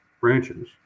branches